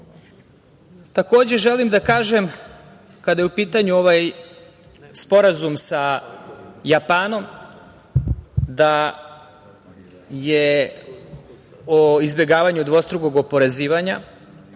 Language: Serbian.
želim da kažem kada je u pitanju ovaj Sporazum sa Japanom da je o izbegavanju dvostrukog oporezivanja,